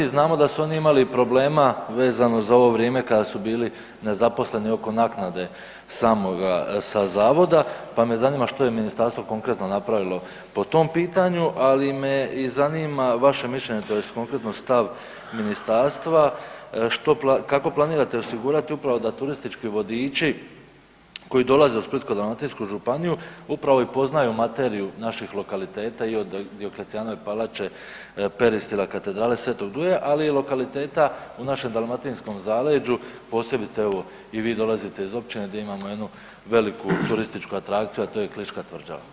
Znamo da su oni imali problema vezano za ovo vrijeme kada su bili nezaposleni oko naknade samoga sa zavoda, pa me zanima što je ministarstvo konkretno napravilo po tom pitanju, ali me i zanima vaše mišljenje tj. konkretno stav ministarstva što, kako planirate osigurati upravo da turistički vodiči koji dolaze u Splitsko-dalmatinsku županiju upravo i poznaju materiju naših lokaliteta i od Dioklecijanove palače, Peristila, Katedrale Sv. Duje, ali i lokaliteta u našem dalmatinskom zaleđu, posebice evo i vi dolazite iz općine di imamo jednu veliku turističku atrakciju, a to je Kliška tvrđava?